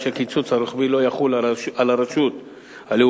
שהקיצוץ הרוחבי לא יחול על הרשות הלאומית,